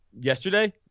yesterday